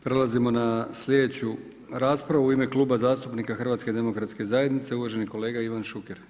Prelazimo na sljedeću raspravu, u ime Kluba zastupnika HDZ-a, uvaženi kolega Ivan Šuker.